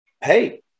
hey